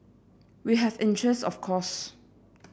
we have interest of course